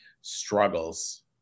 struggles